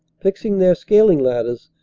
fixing their scaling-ladders,